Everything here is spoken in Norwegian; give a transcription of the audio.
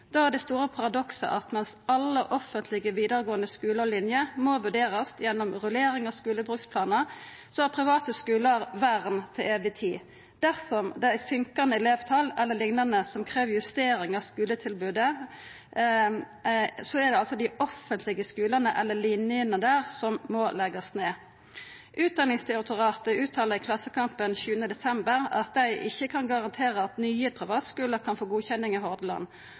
Da er det store paradokset at mens alle offentlege vidaregåande skular og linjer må vurderast gjennom rullering av skulebruksplanen, har private skular vern til evig tid. Dersom det er søkkande elevtal eller liknande som krev justering av skuletilbodet, er det altså dei offentlege skulane eller linjene der som må leggjast ned. Utdanningsdirektoratet uttalte i Klassekampen den 7. desember at dei ikkje kan garantera at nye privatskular ikkje vil få godkjenning